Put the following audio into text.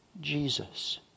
Jesus